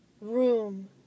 room